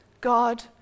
god